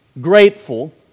grateful